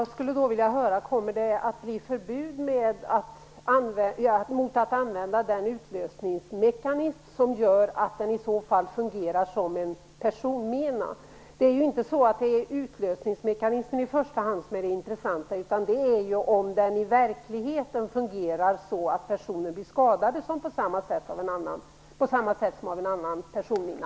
Fru talman! Kommer det att bli förbud mot att använda den utlösningsmekanism som gör att minan fungerar som en personmina? Det är ju inte utlösningsmekanismen som i första hand är det intressanta, utan om ifall den i verkligheten fungerar så att personer blir skadade av denna mina på samma sätt som av en annan personmina.